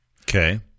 Okay